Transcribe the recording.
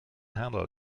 handle